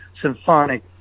symphonic